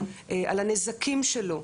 על הנזקים שלו,